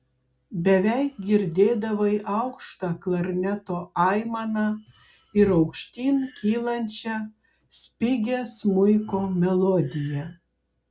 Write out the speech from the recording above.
beveik girdėdavai aukštą klarneto aimaną ir aukštyn kylančią spigią smuiko melodiją